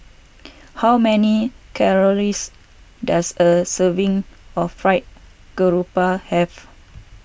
how many calories does a serving of Fried Garoupa have